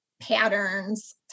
patterns